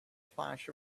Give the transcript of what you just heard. flash